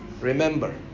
Remember